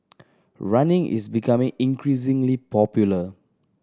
running is becoming increasingly popular